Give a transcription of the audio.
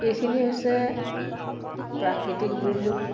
এইখিনি হৈছে প্ৰাকৃতিক দুৰ্যোগ